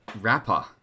Rapper